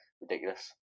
ridiculous